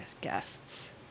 guests